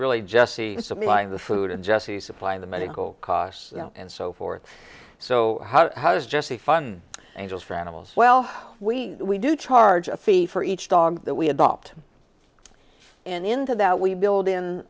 really just supplying the food and jesse supplying the medical costs and so forth so how does jesse fun angels for animals well we we do charge a fee for each dog that we adopt and into that we build in